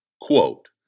Quote